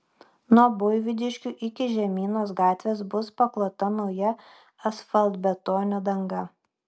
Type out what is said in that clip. nuo buivydiškių iki žemynos gatvės bus paklota nauja asfaltbetonio danga